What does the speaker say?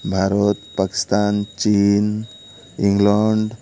ଭାରତ ପାକିସ୍ତାନ ଚୀନ ଇଂଲଣ୍ଡ